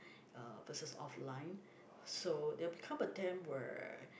uh versus offline so there'll become a time where